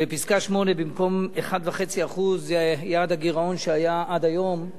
בפסקה (8), במקום 1.5%, יעד הגירעון שהיה עד היום,